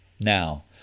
Now